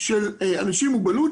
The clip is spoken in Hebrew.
של אנשים עם מוגבלות,